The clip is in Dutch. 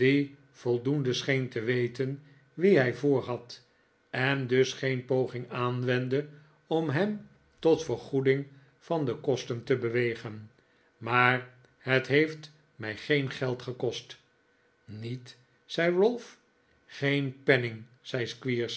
voldoende scheen te weten wien hij voorhad en dus geen poging aanwendde om hem tot vergoeding van de kosten te bewegen maar het heeft mij geen geld gekost niet zei ralph geen penning zei